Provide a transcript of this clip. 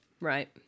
Right